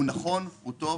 הוא נכון וטוב,